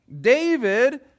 David